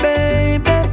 Baby